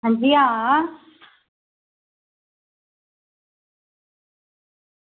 अंजी आं